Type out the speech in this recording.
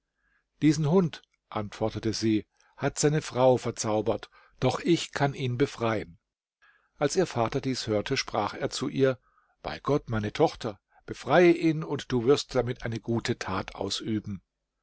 diesen hund antwortete sie hat seine frau verzaubert doch ich kann ihn befreien als ihr vater dies hörte sprach er zu ihr bei gott meine tochter befreie ihn du wirst damit eine gute tat ausüben